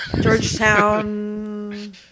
Georgetown